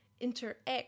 interact